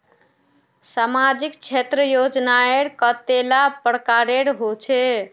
सामाजिक क्षेत्र योजनाएँ कतेला प्रकारेर होचे?